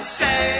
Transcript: say